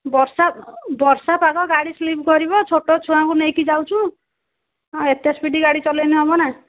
ବର୍ଷା ବର୍ଷା ପାଗ ଗାଡ଼ି ସ୍ଲିପ୍ କରିବ ଛୋଟ ଛୁଆଁଙ୍କୁ ନେଇକି ଯାଉଛୁ ଏତେ ସ୍ପିଡ଼ି ଗାଡ଼ି ଚଲାଇଲେ ହେବ ନା